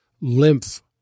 lymph